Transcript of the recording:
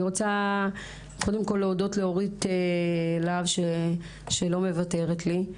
אני רוצה קודם כל להודות לאורית להב שלא מוותרת לי,